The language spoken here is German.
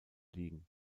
liegen